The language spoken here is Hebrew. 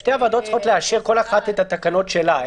שתי הוועדות צריכות לאשר, כל אחת את התקנות שלה.